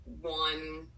one